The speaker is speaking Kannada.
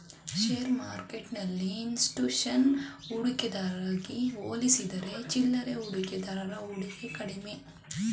ಶೇರ್ ಮಾರ್ಕೆಟ್ಟೆಲ್ಲಿ ಇನ್ಸ್ಟಿಟ್ಯೂಷನ್ ಹೂಡಿಕೆದಾರಗೆ ಹೋಲಿಸಿದರೆ ಚಿಲ್ಲರೆ ಹೂಡಿಕೆದಾರರ ಹೂಡಿಕೆ ಕಡಿಮೆ